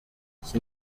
iki